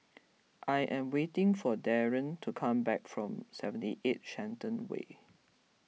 I am waiting for Darrien to come back from seventy eight Shenton Way